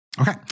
Okay